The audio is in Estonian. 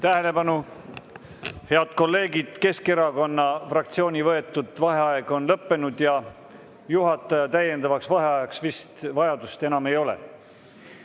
Tähelepanu, head kolleegid! Keskerakonna fraktsiooni võetud vaheaeg on lõppenud ja juhatajal täiendavaks vaheajaks vist vajadust enam ei ole.